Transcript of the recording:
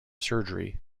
surgery